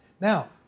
Now